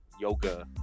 yoga